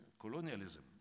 colonialism